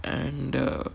and the